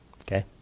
okay